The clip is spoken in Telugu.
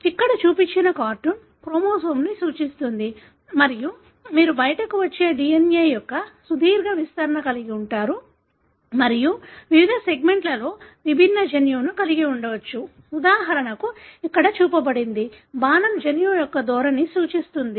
ఇక్కడ చూపిన కార్టూన్ క్రోమోజోమ్ని సూచిస్తుంది మరియు మీరు బయటకు వచ్చే DNA యొక్క సుదీర్ఘ విస్తరణను కలిగి ఉంటారు మరియు వివిధ సెగ్మెంట్లో విభిన్న జన్యువు ఉండవచ్చు ఉదాహరణకు ఇక్కడ చూపబడింది బాణం జన్యువు యొక్క ధోరణిని సూచిస్తుంది